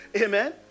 Amen